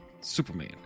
Superman